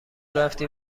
رفتی